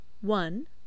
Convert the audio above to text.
one